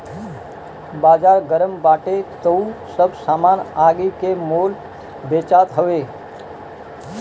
बाजार गरम बाटे तअ सब सामान आगि के मोल बेचात हवे